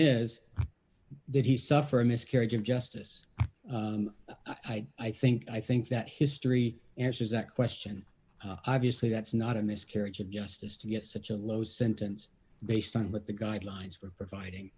is did he suffer a miscarriage of justice i think i think that history answers that question obviously that's not a miscarriage of justice to get such a low sentence based on what the guidelines were providing